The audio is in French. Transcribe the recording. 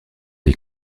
les